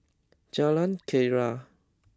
Jalan Keria